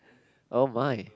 oh my